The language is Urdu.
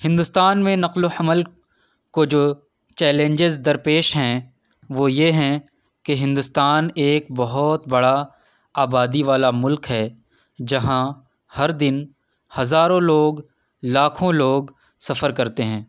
ہندوستان میں نقل و حمل کو جو چیلنجز درپیش ہیں وہ یہ ہیں کہ ہندوستان ایک بہت بڑا آبادی والا ملک ہے جہاں ہر دن ہزاروں لوگ لاکھوں لوگ سفر کرتے ہیں